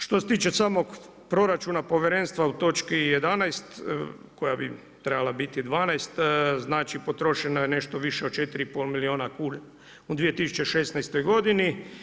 Što se tiče samog proračuna Povjerenstva u točki 11., koja bi trebala biti 12., znači potrošeno je nešto više od 4,5 milijuna kuna u 2016. godini.